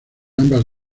ambas